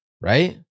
right